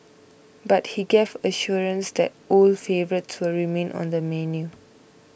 but he gave assurance that old favourites will remain on the menu